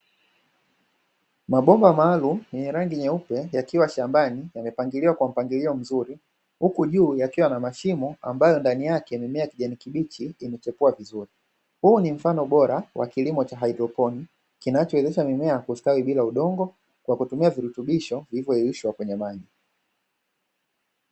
Mabomba maalumu yenye rangi nyeupe, yakiwa shambani yamepangiliwa kwa mpangilio mzuri, huku juu yakiwa na mashimo ambayo ndani yake mimea ya kijani kibichi, imechepua vizuri. Huu ni mfano bora wa kilimo cha haidroponi, kinachowezesha mimea kustawi bila udongo, kwa kutumia virutubisho vilivyoyeyushwa kwenye maji.